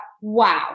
wow